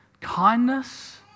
kindness